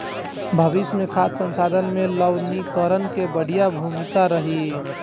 भविष्य मे खाद्य संसाधन में लवणीकरण के बढ़िया भूमिका रही